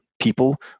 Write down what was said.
people